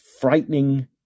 frightening